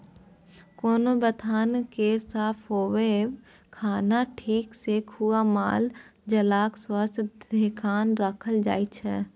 कोनो बथान केर साफ होएब, खाना ठीक सँ खुआ मालजालक स्वास्थ्यक धेआन राखल जाइ छै